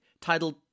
titled